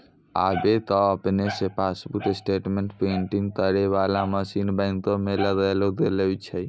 आबे त आपने से पासबुक स्टेटमेंट प्रिंटिंग करै बाला मशीन बैंको मे लगैलो गेलो छै